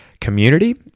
community